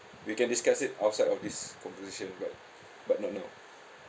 we can discuss it outside of this conversation but but not now